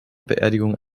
beerdigung